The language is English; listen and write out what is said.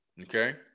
Okay